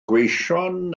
gweision